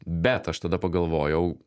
bet aš tada pagalvojau